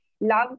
Love